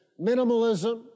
minimalism